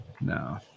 No